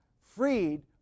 freed